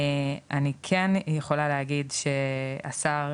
אני כן יכולה להגיד שהשר,